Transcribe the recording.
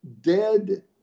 dead